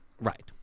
Right